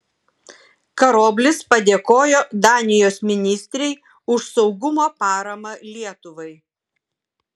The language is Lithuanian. karoblis padėkojo danijos ministrei už saugumo paramą lietuvai